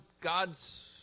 God's